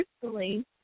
personally